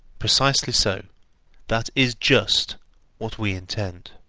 precisely so that is just what we intend.